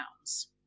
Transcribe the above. pounds